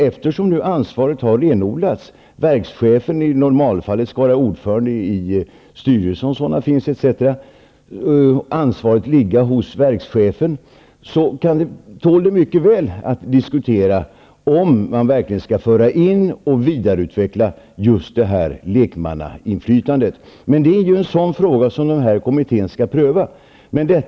Eftersom ansvaret har renodlats och verkschefen i normalfallet skall vara ordförande i styrelsen tål det mycket väl att diskutera om man verkligen skall föra in och vidareutveckla lekmannainflytandet. Det är emellertid en sådan fråga som kommittén skall pröva.